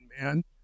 man